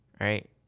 right